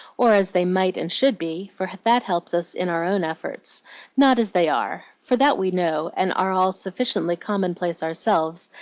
or as they might and should be, for that helps us in our own efforts not as they are, for that we know, and are all sufficiently commonplace ourselves,